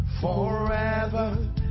Forever